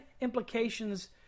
implications